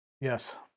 Yes